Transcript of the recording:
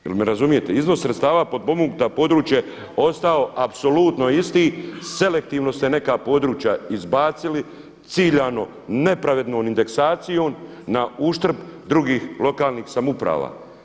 Jel me razumijete, iznos sredstava potpomognuta područja ostao apsolutno isti, selektivno ste neka područja izbacili, ciljano nepravednom indeksacijom na uštrb drugih lokalnih samouprave.